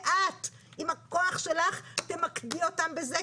ואת עם הכוח שלך תמקדי אותם בזה,